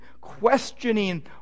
questioning